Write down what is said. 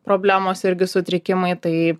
problemos irgi sutrikimai tai